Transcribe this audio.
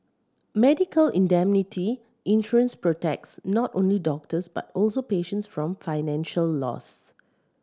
medical indemnity insurance protects not only doctors but also patients from financial loss